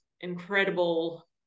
incredible